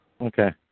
Okay